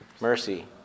mercy